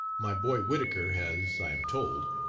my boy, whittaker, has, i am told,